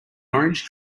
orange